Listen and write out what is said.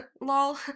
LOL